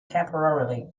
temporarily